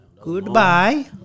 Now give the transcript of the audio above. goodbye